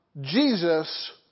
Jesus